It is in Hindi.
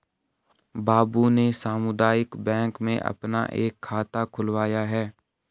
बाबू ने सामुदायिक बैंक में अपना एक खाता खुलवाया है